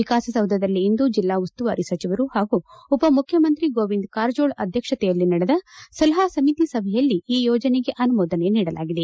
ವಿಕಾಸಸೌಧದಲ್ಲಿಂದು ಜಿಲ್ಲಾ ಉಸ್ತುವಾರಿ ಸಚಿವರು ಹಾಗೂ ಉಪಮುಖ್ಯಮಂತ್ರಿ ಗೋವಿಂದ ಕಾರಜೋಳ ಅಧ್ಯಕ್ಷತೆಯಲ್ಲಿ ನಡೆದ ಸಲಹಾ ಸಮಿತಿ ಸಭೆಯಲ್ಲಿ ಈ ಯೋಜನೆಗೆ ಅನುಮೋದನೆ ನೀಡಲಾಗಿದೆ